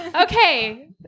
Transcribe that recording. Okay